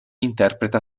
interpreta